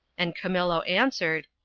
and camillo answered,